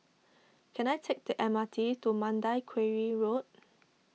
can I take the M R T to Mandai Quarry Road